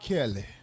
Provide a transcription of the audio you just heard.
Kelly